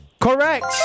correct